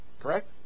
correct